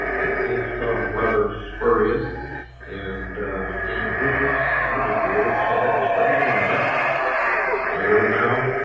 it seems some rather spurious and ambitious individuals have been spreading a rumor by word-of-mouth,